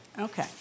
Okay